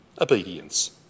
obedience